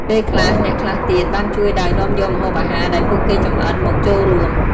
ពេលខ្លះ អ្នកខ្លះទៀតបានជួយដោយនាំយកម្ហូបអាហារដែលពួកគេចម្អិនមកចូលរួម។